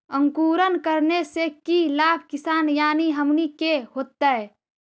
अंकुरण करने से की लाभ किसान यानी हमनि के होतय?